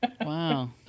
Wow